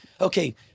Okay